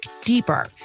deeper